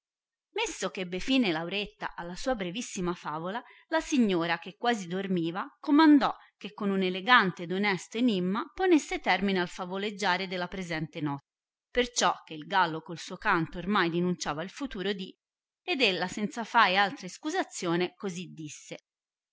messo eh ebbe fine lauretta alla sua brevissima favola la signora che quasi dormiva comandò che con un elegante ed onesto enimma ponesse termine al favoleggiare della presente notte perciò che il gallo col suo canto ormai dinunciava il iuturo di ed ella senza fai altra iscusazione così disse